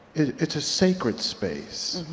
it's a sacred space.